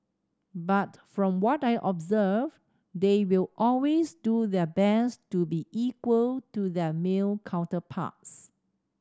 but from what I observed they will always do their best to be equal to their male counterparts